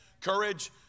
Courage